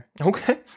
okay